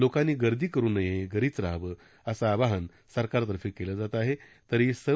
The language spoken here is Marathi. लोकांनी गर्दी करू नये घरीच रहावं असं आवाहन सरकार तर्फे केलं जात आहे तरी सर्व